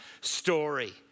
story